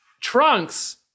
Trunks